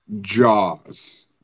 Jaws